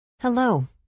Hello